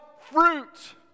fruit